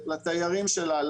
לתיירים שלה,